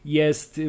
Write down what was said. jest